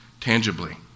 tangibly